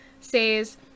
says